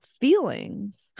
feelings